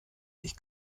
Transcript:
sich